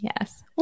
Yes